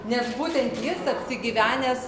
nes būtent jis apsigyvenęs